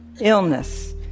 illness